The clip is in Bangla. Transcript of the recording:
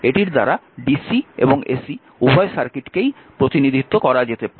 এটির দ্বারা dc এবং ac উভয় সার্কিটকেই প্রতিনিধিত্ব করা যেতে পারে